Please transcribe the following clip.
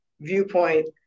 viewpoint